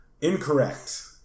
Incorrect